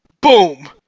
Boom